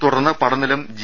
തുടർന്ന് പടനി ലം ജി